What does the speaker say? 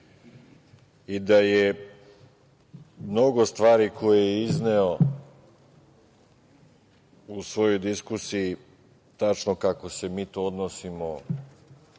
i da je mnogo stvari, koje je izneo u svojoj diskusiji, tačno kako se mi odnosimo